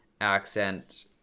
accent